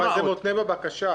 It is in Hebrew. אבל זה מותנה בבקשה.